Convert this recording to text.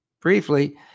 briefly